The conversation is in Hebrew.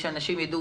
שאנשים יידעו,